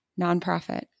nonprofit